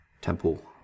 Temple